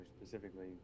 specifically